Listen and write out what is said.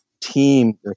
team